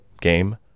game